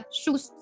shoes